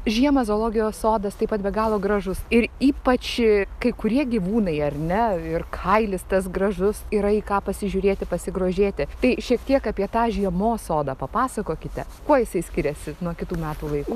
žiemą zoologijos sodas taip pat be galo gražus ir ypač kai kurie gyvūnai ar ne ir kailis tas gražus yra į ką pasižiūrėti pasigrožėti tai šiek tiek apie tą žiemos sodą papasakokite kuo jisai skiriasi nuo kitų metų laikų